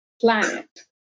planet